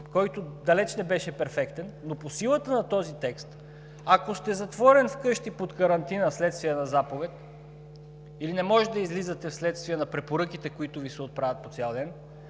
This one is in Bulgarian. който далече не беше перфектен, но по силата на този текст, ако ще сте затворени вкъщи под карантина вследствие на заповед или не можете да излизате вследствие на препоръките, които Ви се отправят по цял ден,